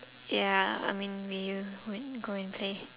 yeah I mean maybe may go and play